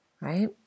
Right